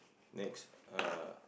next uh